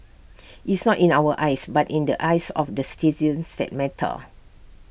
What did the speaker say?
it's not in our eyes but in the eyes of the citizens that matter